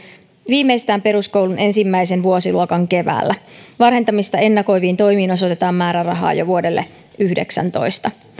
viimeistään peruskoulun ensimmäisen vuosiluokan keväällä varhentamista ennakoiviin toimiin osoitetaan määrärahaa jo vuodelle yhdeksäntoista